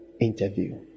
interview